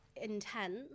intense